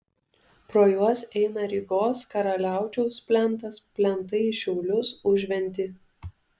pro juos eina rygos karaliaučiaus plentas plentai į šiaulius užventį